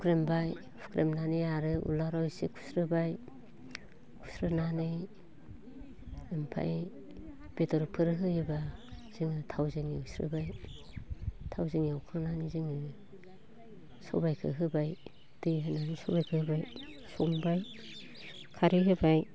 हुख्रेमबाय हुख्रेमनानै आरो उलाराव एसे खुस्रेबाय खुस्रोनानै ओमफाय बेदरफोर होयोब्ल जोङो थावजों एवस्रोबाय थावजों एवखांनानै जोङो सबाइखो होबाय दै होनानै सबाइखो होबाय संबाय खारै होबाय